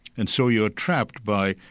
and so you're trapped by,